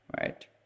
Right